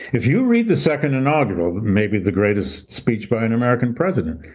if you read the second inaugural, maybe the greatest speech by an american president,